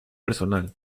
personal